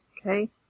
Okay